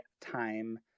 time